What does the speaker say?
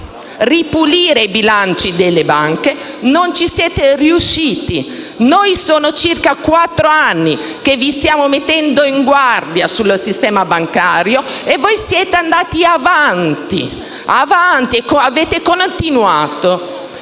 ripulire i bilanci delle banche, ma non ci siete riusciti. Noi da circa quattro anni vi stiamo mettendo in guardia sul sistema bancario, ma voi siete andati avanti, avete continuato.